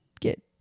get